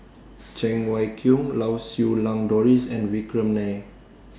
Cheng Wai Keung Lau Siew Lang Doris and Vikram Nair